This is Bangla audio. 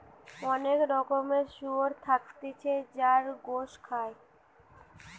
অনেক রকমের শুয়োর থাকতিছে যার গোস খায়